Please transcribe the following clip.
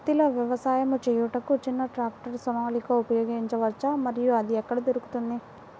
పత్తిలో వ్యవసాయము చేయుటకు చిన్న ట్రాక్టర్ సోనాలిక ఉపయోగించవచ్చా మరియు అది ఎక్కడ దొరుకుతుంది?